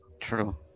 True